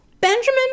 Benjamin